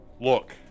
Look